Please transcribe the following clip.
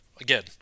Again